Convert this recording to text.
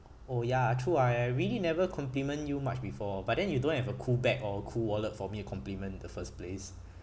oh ya true ah I really never compliment you much before but then you don't have a cool bag or cool wallet for me compliment in the first place